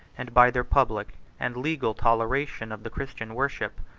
and by their public and legal toleration of the christian worship.